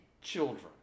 children